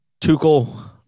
Tuchel